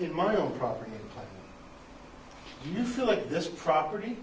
in my own property do you feel like this property